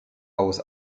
aus